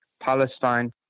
Palestine